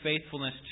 faithfulness